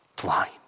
blind